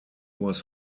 was